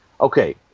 okay